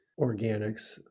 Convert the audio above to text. organics